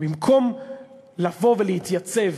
במקום לבוא ולהתייצב,